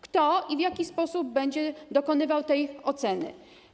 Kto i w jaki sposób będzie dokonywał tej oceny?